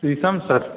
शीशम सर